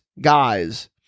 guys